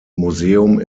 museum